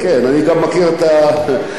פועלי הבניין זה לא אריק איינשטיין אלא "גשר הירקון".